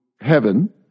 heaven